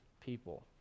people